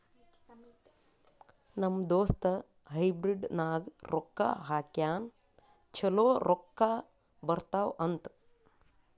ನಮ್ ದೋಸ್ತ ಹೈಬ್ರಿಡ್ ನಾಗ್ ರೊಕ್ಕಾ ಹಾಕ್ಯಾನ್ ಛಲೋ ರೊಕ್ಕಾ ಬರ್ತಾವ್ ಅಂತ್